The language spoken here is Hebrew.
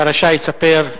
אתה רשאי לספר,